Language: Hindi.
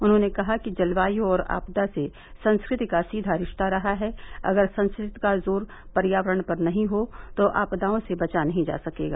उन्होंने कहा कि जलवायु और आपदा से संस्कृति का सीधा रिश्ता रहा है अगर संस्कृति का जोर पर्यावरण पर नहीं हो तो आपदाओं से बचा नहीं जा सकेगा